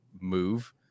move